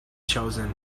chosen